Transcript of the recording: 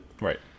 Right